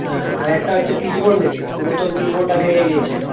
হ্যাঁ আর একটা হচ্চে পিচবোর্ড নিবি পুরাতন পিচ বোর্ডটা ভেঙে গিয়েছে